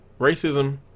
racism